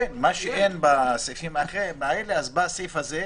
סעיף 15 לחוק המועצה להשכלה גבוהה,